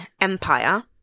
Empire